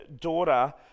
daughter